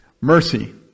Mercy